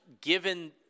given